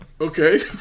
okay